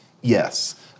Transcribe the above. yes